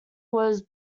was